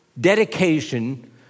dedication